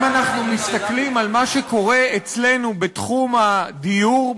אם אנחנו מסתכלים על מה שקורה אצלנו בתחום הדיור,